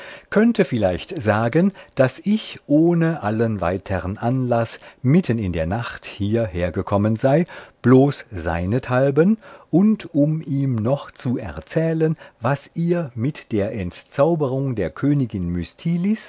könnte vielleicht sagen daß ich ohne allen weitern anlaß mitten in der nacht hierher gekommen sei bloß seinethalben und um ihm noch zu erzählen was ihr mit der entzauberung der königin